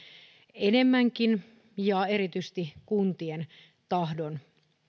enemmänkin ja erityisesti kuntien tahdon